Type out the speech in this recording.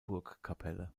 burgkapelle